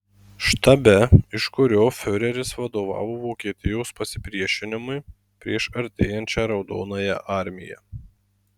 štabe iš kurio fiureris vadovavo vokietijos pasipriešinimui prieš artėjančią raudonąją armiją